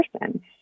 person